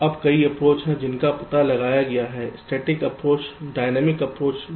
अब कई अप्रोच हैं जिनका पता लगाया गया है स्टैटिक अप्रोच डायनेमिक अप्रोच भी